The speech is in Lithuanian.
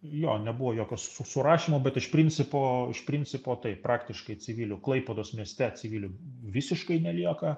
jo nebuvo jokio su surašymo bet iš principo iš principo taip praktiškai civilių klaipėdos mieste civilių visiškai nelieka